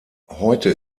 heute